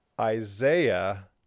Isaiah